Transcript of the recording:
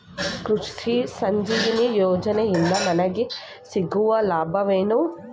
ಕೃಷಿ ಸಂಜೀವಿನಿ ಯೋಜನೆಯಿಂದ ನನಗೆ ಸಿಗುವ ಲಾಭವೇನು?